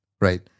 right